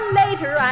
later